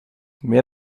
mehr